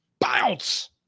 Bounce